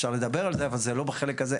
אפשר לדבר על זה, אבל זה לא בחלק הזה.